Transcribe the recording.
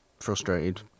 frustrated